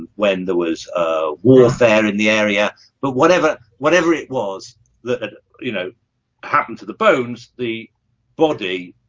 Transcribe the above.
when there was a warfare in the area but whatever whatever it was that you know happened to the bones the body?